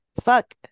fuck